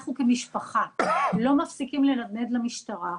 אנחנו כמשפחה לא מפסיקים לנדנד למשטרה.